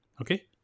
okay